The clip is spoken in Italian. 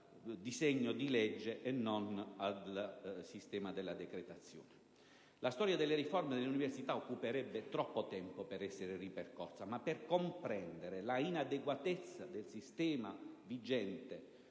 La storia delle riforme dell'università occuperebbe troppo tempo per essere ripercorsa, ma per comprendere l'inadeguatezza del sistema normativo